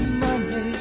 money